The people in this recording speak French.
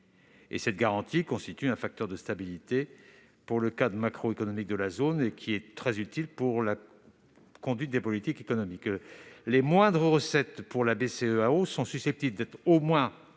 Cette garantie constitue un facteur de stabilité pour le cadre macroéconomique de la zone ; elle est très utile pour la conduite des politiques économiques. Les moindres recettes pour la BCEAO sont susceptibles d'être compensées,